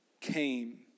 came